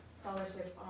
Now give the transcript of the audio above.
scholarship